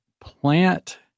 plant